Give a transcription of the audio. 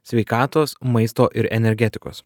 sveikatos maisto ir energetikos